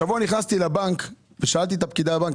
השבוע נכנסתי לבנק ושאלתי את הפקידה בבנק,